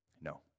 No